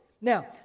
Now